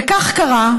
וכך קרה.